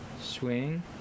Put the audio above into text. Swing